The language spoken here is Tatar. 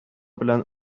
белән